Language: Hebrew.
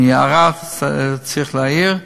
אני צריך להעיר,